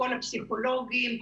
כל הפסיכולוגים,